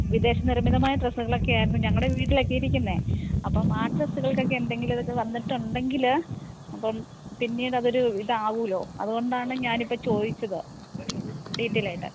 വിദേശ നിർമ്മിതമായ ഡ്രസ്സുകളൊക്കെയായിരുന്നു ഞങ്ങളുടെ വീട്ടിലൊക്കെ ഇരിക്കുന്നത് അപ്പം ആ ഡ്രസ്സുകൾക്കൊക്കെ എന്തെങ്കിലും ഇതൊക്കെ വന്നിട്ടുണ്ടെങ്കിൽ അപ്പം പിന്നീട് അതൊരു ഇതാകുമല്ലൊ അതുകൊണ്ടാണ് ഞാൻ ഇപ്പോൾ ചോദിച്ചത് ഡീറ്റേലായിട്ട്